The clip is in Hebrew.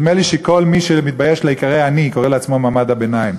נדמה לי שכל מי שמתבייש להיקרא עני קורא לעצמו מעמד הביניים,